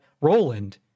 Roland